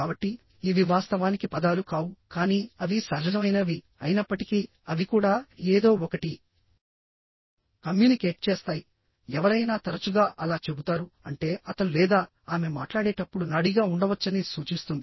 కాబట్టి ఇవి వాస్తవానికి పదాలు కావు కానీ అవి సహజమైనవి అయినప్పటికీ అవి కూడా ఏదో ఒకటి కమ్యూనికేట్ చేస్తాయిఎవరైనా తరచుగా అలా చెబుతారు అంటే అతను లేదా ఆమె మాట్లాడేటప్పుడు నాడీగా ఉండవచ్చని సూచిస్తుంది